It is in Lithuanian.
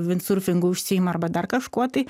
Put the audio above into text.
vinsurfingu užsiima arba dar kažkuo tai